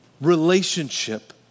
relationship